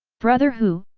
brother hu,